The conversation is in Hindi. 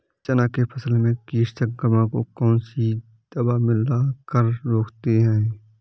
चना के फसल में कीट संक्रमण को कौन सी दवा मिला कर रोकते हैं?